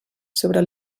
sobre